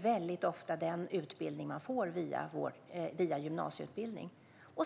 väldigt ofta är den utbildning som man får via gymnasieutbildning.